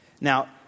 Now